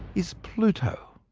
is pluto.